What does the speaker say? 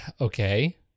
Okay